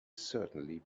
certainly